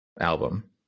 album